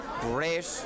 great